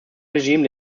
regime